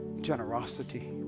Generosity